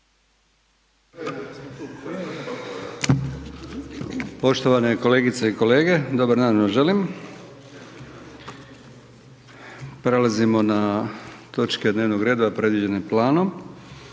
Poštovane kolegice i kolege, dobar dan vam želim. Prelazimo na točke dnevnog reda predviđene planom.